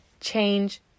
change